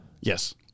Yes